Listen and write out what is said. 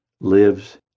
lives